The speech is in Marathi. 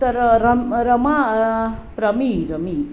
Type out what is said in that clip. तर रम रमा रमी रमी